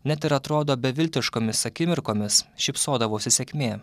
net ir atrodo beviltiškomis akimirkomis šypsodavosi sėkmė